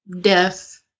death